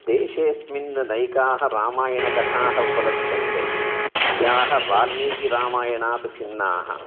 देशेऽस्मिन् नैकाः रामायणकथाः उपलभ्यन्ते याः वाल्मीकिरामायणात् भिन्नाः